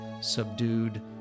subdued